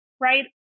right